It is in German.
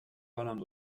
holland